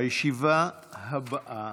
הישיבה הבאה